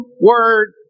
word